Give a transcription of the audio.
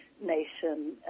Nation